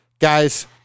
Guys